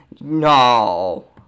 No